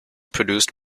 produced